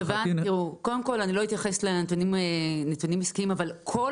אני לא אתייחס לנתונים עסקיים אבל כל